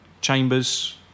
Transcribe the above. Chambers